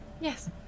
yes